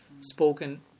spoken